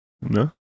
No